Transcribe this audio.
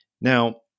Now